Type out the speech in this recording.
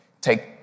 take